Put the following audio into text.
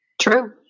True